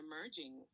emerging